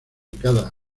cada